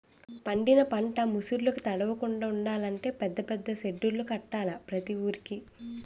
పండిన పంట ముసుర్లుకి తడవకుండలంటే పెద్ద పెద్ద సెడ్డులు కట్టాల ప్రతి వూరికి